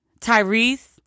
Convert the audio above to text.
Tyrese